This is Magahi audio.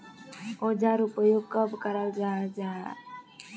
औजार उपयोग कब कराल जाहा जाहा?